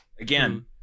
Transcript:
Again